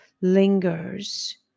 lingers